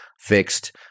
fixed